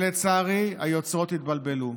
לצערי היוצרות התבלבלו,